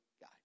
guide